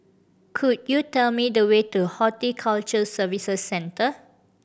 could you tell me the way to Horticulture Services Centre